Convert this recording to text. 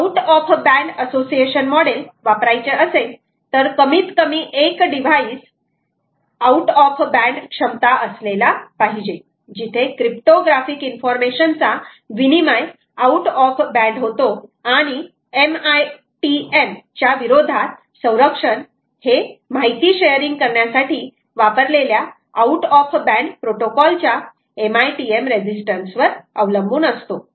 out of band association model वापरायचे असेल तर कमीत कमी एक डिवाइस आऊट ऑफ बँड क्षमता असलेला पाहिजे जिथे क्रिप्टोग्राफीक इन्फॉर्मेशन चा विनिमय आऊट ऑफ बँड होतो आणि MITM च्या विरोधात संरक्षण हे माहिती शेअरिंग करण्यासाठी वापरलेल्या आऊट ऑफ बँड प्रोटोकॉल च्या MITM रेझिस्टन्स वर अवलंबून असतो